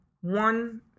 one